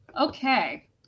okay